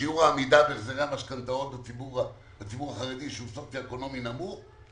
שיעור העמידה בהחזרי המשכנתאות בציבור החרדי שהוא סוציו אקונומי נמוך,